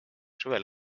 suve